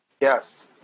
Yes